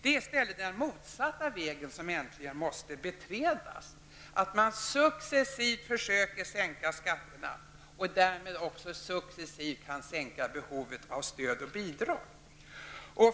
Det är i stället motsatta vägen som måste beträdas, att successivt försöka sänka skatterna och därmed också successivt kunna sänka behovet av stöd och bidrag.